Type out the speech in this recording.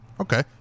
Okay